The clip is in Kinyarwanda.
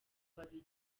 babiri